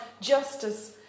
justice